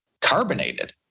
carbonated